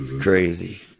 Crazy